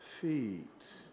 feet